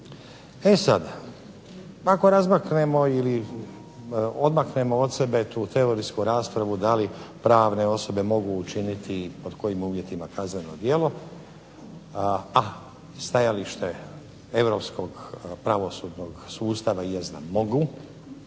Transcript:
E sad, ako razmaknemo ili odmaknemo od sebe tu teorijsku raspravu da li pravne osobe mogu učiniti i pod kojim uvjetima kazneno djelo, a stajalište europskog pravosudnog sustava jest da mogu